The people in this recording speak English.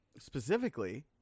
specifically